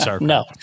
No